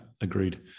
Agreed